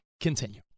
Continue